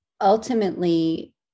ultimately